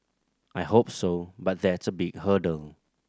I hope so but that's a big hurdle